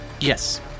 Yes